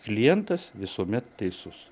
klientas visuomet teisus